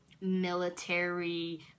military